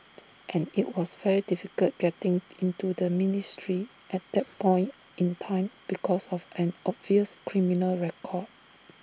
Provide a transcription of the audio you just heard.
and IT was very difficult getting into the ministry at that point in time because of an obvious criminal record